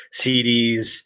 CDs